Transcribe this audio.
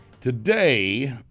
Today